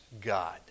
God